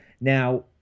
Now